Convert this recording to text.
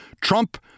Trump